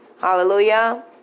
Hallelujah